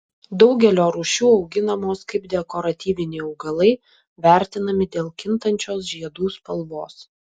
daugelio rūšių auginamos kaip dekoratyviniai augalai vertinami dėl kintančios žiedų spalvos